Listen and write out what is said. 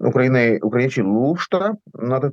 ukrainai ukrainiečiai lūžta na tai